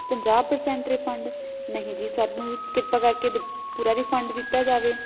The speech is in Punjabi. ਪੰਜਾਹ ਪ੍ਰਸੈਂਟ ਰਿਫੰਡ ਨਹੀਂ ਜੀ ਸਾਨੂੰ ਕਿਰਪਾ ਕਰਕੇ ਦ ਪੂਰਾ ਰਿਫੰਡ ਦਿੱਤਾ ਜਾਵੇ